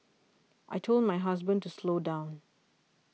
I told my husband to slow down